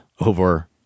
over